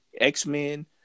X-Men